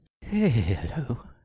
Hello